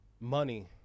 money